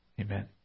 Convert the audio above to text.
Amen